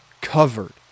covered